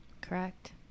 Correct